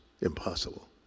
Impossible